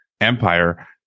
empire